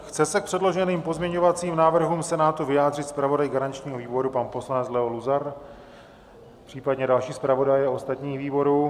Chce se k předloženým pozměňovacím návrhům Senátu vyjádřit zpravodaj garančního výboru, pan poslanec Leo Luzar, případně další zpravodajové ostatních výborů?